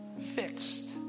fixed